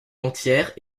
entière